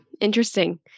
Interesting